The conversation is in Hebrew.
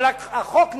אבל החוק נחקק,